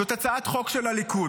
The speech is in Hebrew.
זאת הצעת חוק של הליכוד.